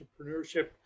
Entrepreneurship